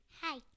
Hi